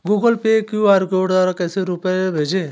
Google Pay QR द्वारा कैसे रूपए भेजें?